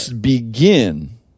begin